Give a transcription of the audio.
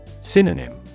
Synonym